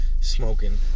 smoking